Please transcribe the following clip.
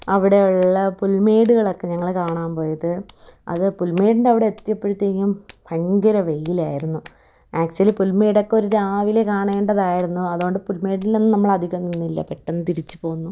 അവിടെയുള്ള പുൽമേടുകളൊക്കെ ഞങ്ങള് കാണാൻപോയത് അത് പുൽമേടിൻ്റെ അവിടെ എത്തിയപ്പോഴത്തേക്കും ഭയങ്കര വെയിലായിരുന്നു ആക്ച്വലി പുൽമേടൊക്കെ ഒരു രാവിലെ കാണേണ്ടതായിരുന്നു അതുകൊണ്ട് പുൽമേടിലൊന്നും നമ്മളധികം നിന്നില്ല പെട്ടെന്ന് തിരിച്ചുപോന്നു